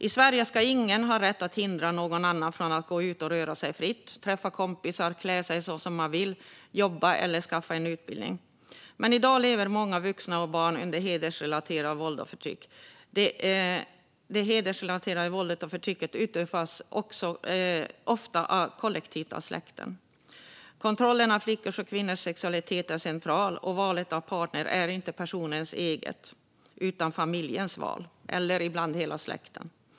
I Sverige ska ingen ha rätt att hindra någon annan från att gå ut och röra sig fritt, träffa kompisar, klä sig som de vill, jobba eller skaffa sig en utbildning. Men i dag lever många vuxna och barn under hedersrelaterat våld och förtryck. Detta våld och förtryck utövas ofta kollektivt av släkten. Kontrollen av flickors och kvinnors sexualitet är central, och valet av partner är inte personens utan familjens - eller, ibland, hela släktens.